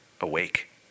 awake